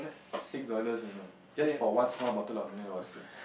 six dollars you know just for one small bottle of mineral water